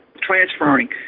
transferring